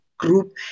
group